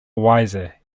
wiser